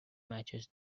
matches